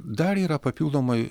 dar yra papildomai